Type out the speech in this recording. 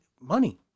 money